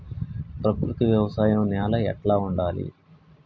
ప్రకృతి వ్యవసాయం నేల ఎట్లా ఉండాలి?